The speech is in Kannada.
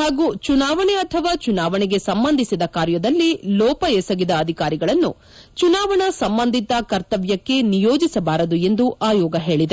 ಅಥವಾ ಚುನಾವಣೆ ಅಥವಾ ಚುನಾವಣೆಗೆ ಸಂಬಂಧಿಸಿದ ಕಾರ್ಯದಲ್ಲಿ ಲೋಪ ಎಸಗಿದ ಅಧಿಕಾರಿಗಳನ್ನು ಚುನಾವಣಾ ಸಂಬಂಧಿತ ಕರ್ತವ್ಯಕ್ಷೆ ನಿಯೋಜಿಸಬಾರದು ಎಂದು ಆಯೋಗ ಹೇಳಿದೆ